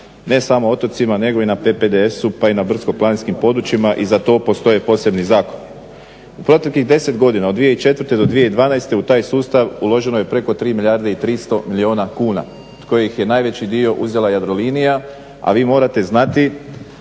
ne samo otocima nego i na PPDS-u pa i na brdsko-planinskim područjima i za to postoje posebni zakoni. U proteklih 10 godina od 2004. do 2012. u taj sustav uloženo je preko 3 milijarde i 300 milijuna kuna od kojih je najveći dio uzela Jadrolinija, a vi morate znati